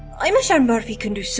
i'm'a sure murphy can do so